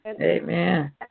Amen